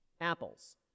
apples